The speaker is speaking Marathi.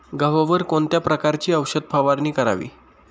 गव्हावर कोणत्या प्रकारची औषध फवारणी करावी?